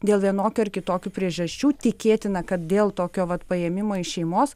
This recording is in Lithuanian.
dėl vienokių ar kitokių priežasčių tikėtina kad dėl tokio vat paėmimo iš šeimos